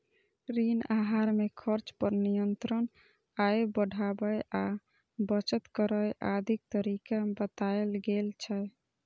ऋण आहार मे खर्च पर नियंत्रण, आय बढ़ाबै आ बचत करै आदिक तरीका बतायल गेल छै